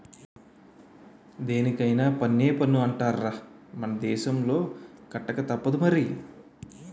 దేనికైన పన్నే పన్ను అంటార్రా మన దేశంలో కట్టకతప్పదు మరి